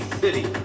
city